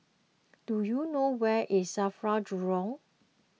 do you know where is Safra Jurong